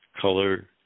color